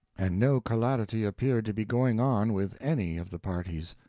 and no callidity appeared to be going on with any of the parties.